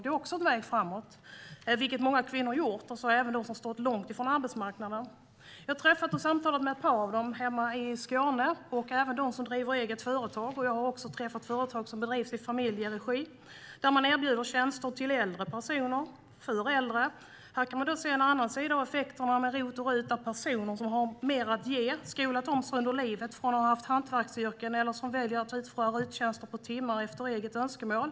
Det är också en väg framåt. Detta har många kvinnor gjort, även de som stått långt från arbetsmarknaden. Jag har hemma i Skåne träffat och samtalat med ett par av dem som driver eget företag. Jag har också träffat företag som drivs i familjeregi där man erbjuder tjänster för äldre personer. Här kan man se en annan sida av effekterna med ROT och RUT. Det är personer som har mer att ge, som har skolat om sig under livet från att ha haft hantverksyrken eller som väljer att utföra RUT-tjänster på timmar efter eget önskemål.